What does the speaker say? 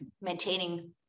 maintaining